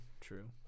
true